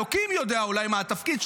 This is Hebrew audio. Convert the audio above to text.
אלוקים יודע אולי מה התפקיד שלו,